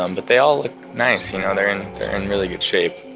um but they all look nice. yeah ah they're in really good shape.